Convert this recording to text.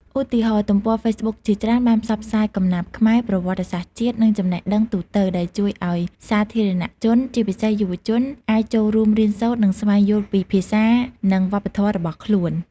ឧទាហរណ៍ ទំព័រហ្វេសប៊ុកជាច្រើនបានផ្សព្វផ្សាយកំណាព្យខ្មែរ ប្រវត្តិសាស្ត្រជាតិ និងចំណេះដឹងទូទៅ ដែលជួយឱ្យសាធារណជន ជាពិសេសយុវជន អាចចូលរួមរៀនសូត្រ និងស្វែងយល់ពីភាសា និងវប្បធម៌របស់ខ្លួន។